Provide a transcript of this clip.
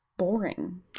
boring